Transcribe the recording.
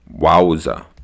Wowza